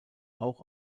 auch